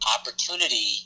opportunity